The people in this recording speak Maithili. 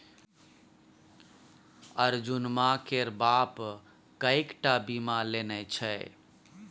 अर्जुनमा केर बाप कएक टा बीमा लेने छै